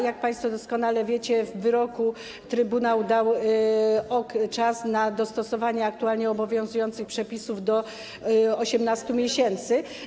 Jak państwo doskonale wiecie, w swoim wyroku trybunał wyznaczył czas na dostosowanie aktualnie obowiązujących przepisów na 18 miesięcy.